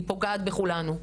היא פוגעת בכולנו,